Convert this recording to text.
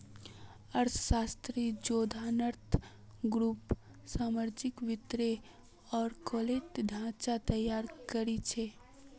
अर्थशास्त्री Jonathan Gruber सावर्जनिक वित्तेर आँकलनेर ढाँचा तैयार करील छेक